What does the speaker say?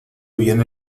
bien